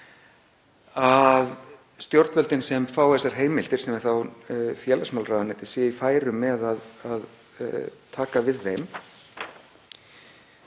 Að stjórnvöldin sem fá þessar heimildir, sem er þá félagsmálaráðuneytið, séu í færum til að taka við þeim.